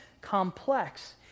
complex